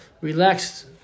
relaxed